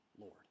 Lord